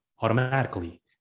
automatically